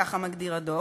ככה מגדיר הדוח,